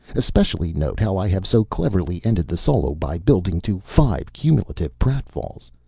especially note how i have so cleverly ended the solo by building to five cumulative pratt-falls.